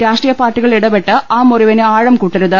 രാഷ്ട്രീയപാർട്ടികൾ ഇടപെട്ട് ആ മുറി വിന് ആഴം കൂട്ടരുത്